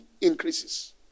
increases